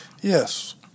Yes